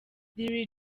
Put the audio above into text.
lil